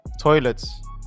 toilets